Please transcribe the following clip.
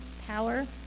power